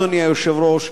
אדוני היושב-ראש,